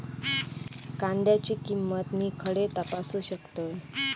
कांद्याची किंमत मी खडे तपासू शकतय?